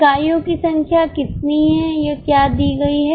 इकाइयों की संख्या कितनी है क्या यह दी गई है